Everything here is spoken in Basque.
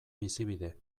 bizibide